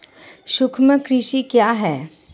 सूक्ष्म कृषि क्या है?